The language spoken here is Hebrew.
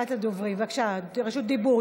בבקשה, רשות דיבור.